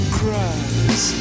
cries